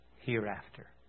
hereafter